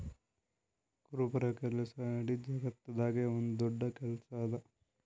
ಕುರುಬರ ಕೆಲಸ ಇಡೀ ಜಗತ್ತದಾಗೆ ಒಂದ್ ದೊಡ್ಡ ಕೆಲಸಾ ಅದಾ